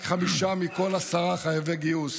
רק חמישה מכל עשרה חייבי גיוס